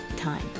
time